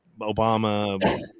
Obama